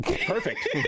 Perfect